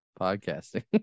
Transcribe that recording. podcasting